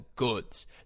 goods